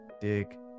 dig